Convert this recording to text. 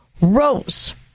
rose